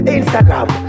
Instagram